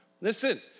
Listen